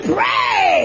Pray